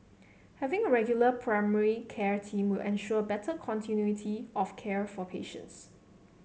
having a regular primary care team will ensure better continuity of care for patients